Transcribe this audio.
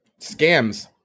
Scams